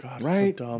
Right